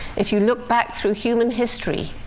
if you look back through human history,